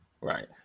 Right